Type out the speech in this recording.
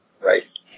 right